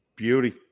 beauty